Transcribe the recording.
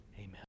amen